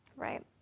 right.